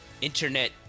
Internet